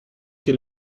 quel